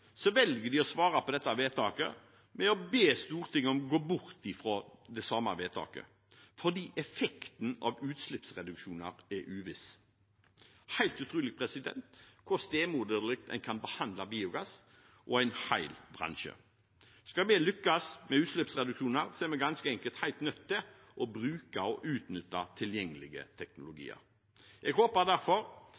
velger de å svare på dette vedtaket med å be Stortinget om å gå bort fra det samme vedtaket, fordi effekten av utslippsreduksjoner er uviss. Det er helt utrolig hvor stemoderlig en kan behandle biogass og en hel bransje. Skal vi lykkes med utslippsreduksjoner, er vi ganske enkelt helt nødt til å bruke og utnytte tilgjengelige